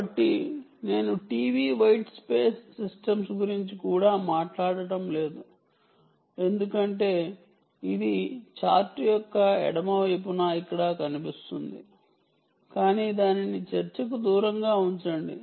కాబట్టి నేను TV white space systems గురించి కూడా మాట్లాడటం లేదు ఎందుకంటే ఇది చార్ట్ యొక్క ఎడమ వైపున ఇక్కడ కనిపిస్తుంది కాని దానిని చర్చకు దూరంగా ఉంచండి